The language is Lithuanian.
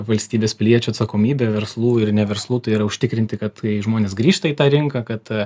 valstybės piliečių atsakomybė verslų ir ne verslų tai yra užtikrinti kad kai žmonės grįžta į tą rinką kad